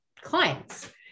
clients